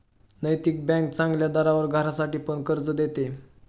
नैतिक बँक चांगल्या दरावर घरासाठी पण कर्ज देते